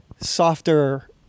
softer